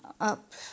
up